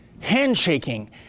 handshaking